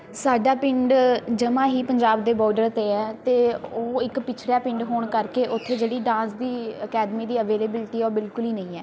ਸਾਡਾ ਪਿੰਡ ਜਮਾਂ ਹੀ ਪੰਜਾਬ ਦੇ ਬੋਡਰ 'ਤੇ ਹੈ ਅਤੇ ਉਹ ਇੱਕ ਪਛੜਿਆ ਪਿੰਡ ਹੋਣ ਕਰਕੇ ਉੱਥੇ ਜਿਹੜੀ ਡਾਂਸ ਦੀ ਅਕੈਡਮੀ ਦੀ ਅਵੇਲੇਬਿਲਟੀ ਆ ਉਹ ਬਿਲਕੁਲ ਹੀ ਨਹੀਂ ਹੈ